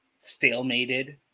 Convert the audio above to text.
stalemated